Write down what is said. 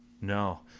No